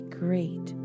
great